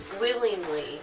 willingly